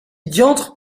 diantre